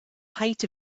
height